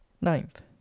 ninth